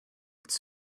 its